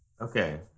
Okay